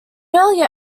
earlier